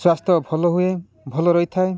ସ୍ୱାସ୍ଥ୍ୟ ଭଲ ହୁଏ ଭଲ ରହିଥାଏ